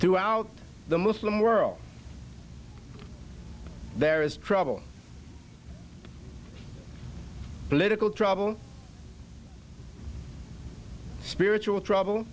throughout the muslim world there is trouble political trouble spiritual tr